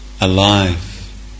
alive